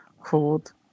called